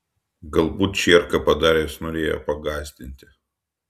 galbūt čierką padaręs norėjo pagąsdinti